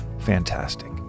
fantastic